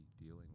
dealing